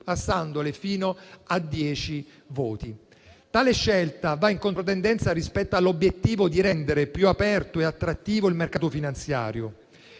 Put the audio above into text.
innalzandolo fino a dieci voti. Tale scelta va in controtendenza rispetto all'obiettivo di rendere più aperto e attrattivo il mercato finanziario.